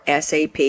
SAP